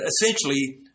essentially